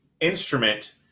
instrument